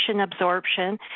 absorption